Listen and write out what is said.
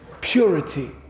purity